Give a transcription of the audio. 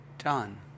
done